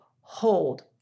hold